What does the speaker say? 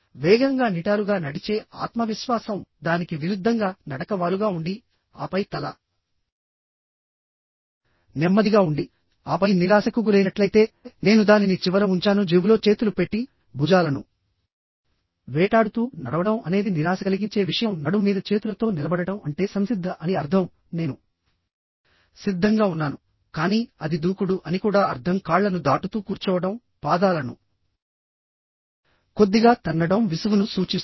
వేగంగా నిటారుగా నడిచే ఆత్మవిశ్వాసం దానికి విరుద్ధంగా నడక వాలుగా ఉండి ఆపై తల నెమ్మదిగా ఉండి ఆపై నిరాశకు గురైనట్లయితే నేను దానిని చివర ఉంచాను జేబులో చేతులు పెట్టి భుజాలను వేటాడుతూ నడవడం అనేది నిరాశ కలిగించే విషయం నడుము మీద చేతులతో నిలబడటం అంటే సంసిద్ధత అని అర్ధం నేను సిద్ధంగా ఉన్నాను కానీ అది దూకుడు అని కూడా అర్ధం కాళ్ళను దాటుతూ కూర్చోవడం పాదాలను కొద్దిగా తన్నడం విసుగును సూచిస్తుంది